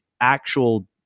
actual